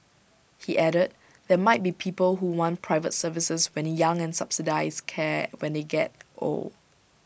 he added there might be people who want private services when young and subsidised care when they get old